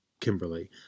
Kimberly